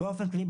באופן כללי,